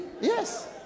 yes